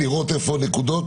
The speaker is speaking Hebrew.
לראות איפה הנקודות,